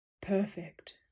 Perfect